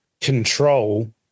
control